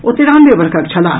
ओ तेरानवे वर्षक छलाह